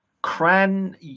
Cran